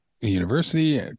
university